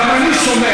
גם אני שומע.